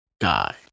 guy